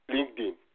LinkedIn